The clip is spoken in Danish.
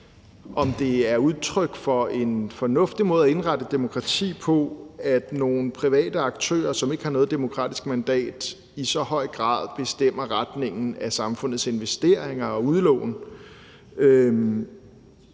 om det er udtryk for en fornuftig måde at indrette et demokrati på, at nogle private aktører, som ikke har noget demokratisk mandat, i så høj grad bestemmer retningen af samfundets investeringer og udlån,